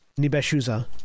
Nibeshuza